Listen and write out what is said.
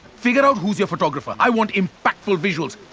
figure out who's your photographer? i want impactful visuals.